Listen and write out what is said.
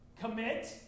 commit